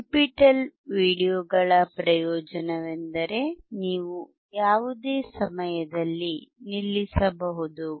NPTEL ವೀಡಿಯೊಗಳ ಪ್ರಯೋಜನವೆಂದರೆ ನೀವು ಯಾವುದೇ ಸಮಯದಲ್ಲಿ ನಿಲ್ಲಿಸಬಹುದು